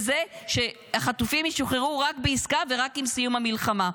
בזה שהחטופים ישוחררו רק בעסקה ורק עם סיום המלחמה.